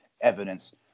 evidence